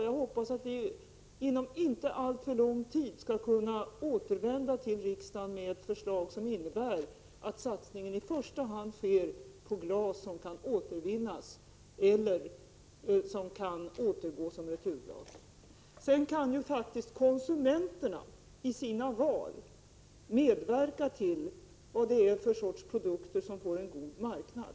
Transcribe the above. Jag hoppas att vi inom inte alltför lång tid skall kunna återvända till riksdagen med ett förslag som innebär att satsningen i första hand sker på glas som kan återvinnas eller återgå som returglas. Sedan vill jag säga att konsumenterna faktiskt genom sina val kan påverka vilka produkter som får en god marknad.